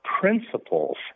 principles